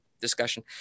discussion